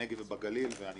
אבל לא פחות מזה - בנגב ובגליל,